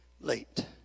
late